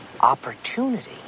Opportunity